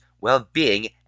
well-being